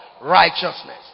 Righteousness